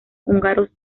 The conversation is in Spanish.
húngaros